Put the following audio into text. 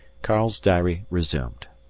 karl's diary resumed.